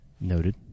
noted